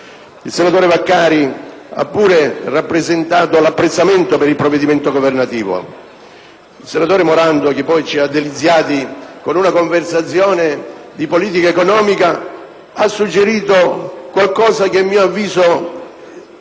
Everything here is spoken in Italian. il senatore Vaccari ha rappresentato l'apprezzamento per il provvedimento governativo, mentre il senatore Morando, che ci ha deliziati con una conversazione di politica economica, ha suggerito qualcosa che, a mio avviso,